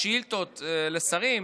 לשאילתות לשרים,